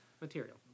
material